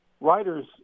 writers